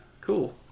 Cool